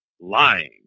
lying